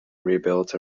rebuilt